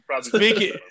Speaking